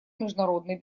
международной